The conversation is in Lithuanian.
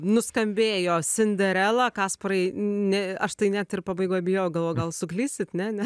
nuskambėjo sinderela kasparai ne aš tai net ir pabaigoj bijojau galvojau gal suklysit ne ne